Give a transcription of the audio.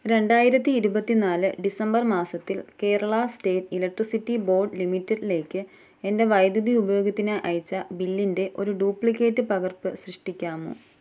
രണ്ടായിരത്തി ഇരുപത്തി നാല് ഡിസംബർ മാസത്തിൽ കേരള സ്റ്റേറ്റ് ഇലക്ട്രിസിറ്റി ബോർഡ് ലിമിറ്റഡിലേക്ക് എൻ്റെ വൈദ്യുതി ഉപയോഗത്തിനായി അയച്ച ബില്ലിൻ്റെ ഒരു ഡ്യൂപ്ലിക്കേറ്റ് പകർപ്പ് സൃഷ്ടിക്കാമോ